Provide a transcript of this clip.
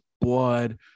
blood